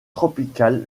tropical